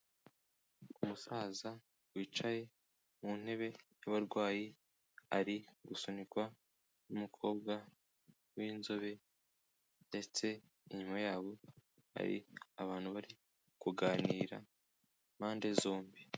Umusaza wicaye mu ntebe y'abarwayi ari gusunikwa n'umukobwa w'inzobe ndetse inyuma yabo hari abantu bari kuganira impande zombi.